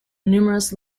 numerous